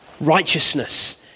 Righteousness